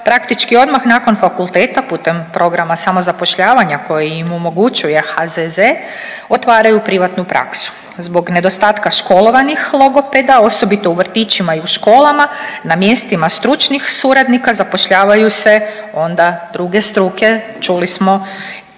praktički odmah nakon fakulteta putem program samozapošljavanja koji im omogućuje HZZ otvaraju privatnu praksu. Zbog nedostatka školovanih logopeda, osobito u vrtićima i u školama na mjestima stručnih suradnika zapošljavaju se onda druge struke, čuli smo